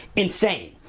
insane.